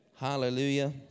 Hallelujah